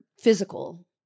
physical